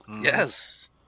Yes